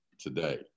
today